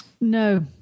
No